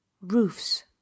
roofs